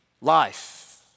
life